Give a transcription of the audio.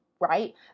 Right